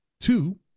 two